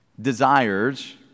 desires